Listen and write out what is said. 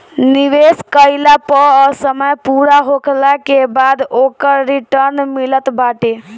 निवेश कईला पअ समय पूरा होखला के बाद ओकर रिटर्न मिलत बाटे